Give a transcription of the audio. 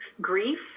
grief